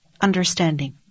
understanding